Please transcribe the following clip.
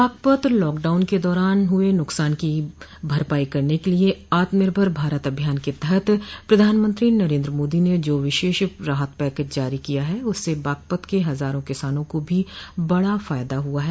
Baghpat lockdown के दौरान हुए नुकसान की भरपाई करने के लिए आत्मनिर्भर भारत अभियान के तहत प्रधानमंत्री नरेंद्र मोदी ने जो विशेष राहत पैकेज जारी किया है उससे बागपत के हजारों किसानों को भी बड़ा फायदा हुआ है